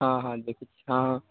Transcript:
हॅं हॅं देखै छियै हॅं हॅं